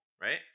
right